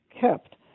kept